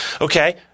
Okay